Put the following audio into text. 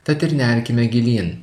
tad ir nerkime gilyn